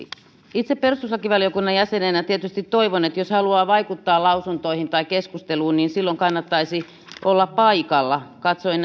itse perustuslakivaliokunnan jäsenenä tietysti toivon että jos haluaa vaikuttaa lausuntoihin tai keskusteluun niin silloin kannattaisi olla paikalla katsoin